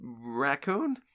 raccoon